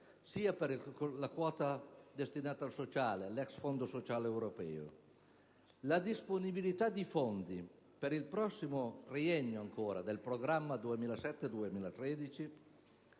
sia per la quota destinata al sociale, l'ex Fondo sociale europeo. La disponibilità di fondi per il prossimo triennio del programma 2007-2013